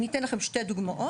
אני אתן לכם שתי דוגמאות,